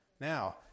Now